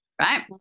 right